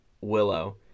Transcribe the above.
Willow